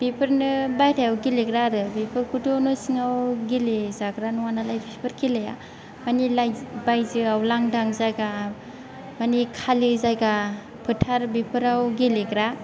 बेफोरनो बायह्रायाव गेलेग्रा आरो बेफोरखौथ' न' सिङाव गेलेजाग्रा नङा नालाय बेफोर खेलाया माने लाइक बायजोआव लांदां जायगा माने खालि जायगा फोथार बेफोराव गेलेग्रा